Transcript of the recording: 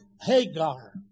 Hagar